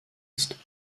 ist